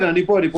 כן, כן, אני פה.